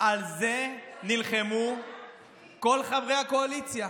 על זה נלחמו כל חברי הקואליציה,